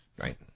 Right